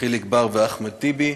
חיליק בר ואחמד טיבי,